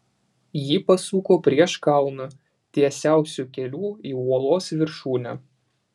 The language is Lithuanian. ji pasuko prieš kalną tiesiausiu keliu į uolos viršūnę